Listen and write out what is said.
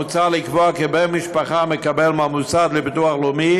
מוצע לקבוע כי בן משפחה המקבל מהמוסד לביטוח לאומי